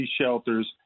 shelters